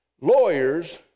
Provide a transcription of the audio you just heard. lawyers